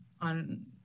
on